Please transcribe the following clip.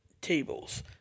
tables